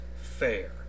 fair